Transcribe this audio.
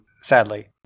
Sadly